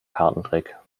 kartentrick